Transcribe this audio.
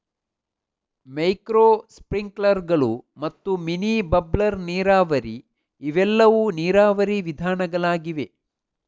micro ಸ್ಪ್ರಿಂಕ್ಲರುಗಳು ಮತ್ತು mini bubbler ನೀರಾವರಿ ಇವೆಲ್ಲವೂ ನೀರಾವರಿ ವಿಧಾನಗಳಾಗಿವೆ